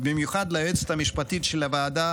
במיוחד ליועצת המשפטית של הוועדה